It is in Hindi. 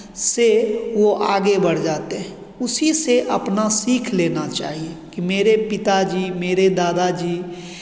से वो आगे बढ़ जाते हैं उसी से अपना सीख लेना चाहिए कि मेरे पिताजी मेरे दादाजी